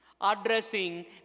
addressing